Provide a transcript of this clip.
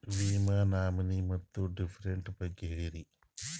ವಿಮಾ ನಾಮಿನಿ ಮತ್ತು ಡಿಪೆಂಡಂಟ ಬಗ್ಗೆ ಹೇಳರಿ?